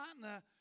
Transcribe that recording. partner